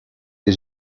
des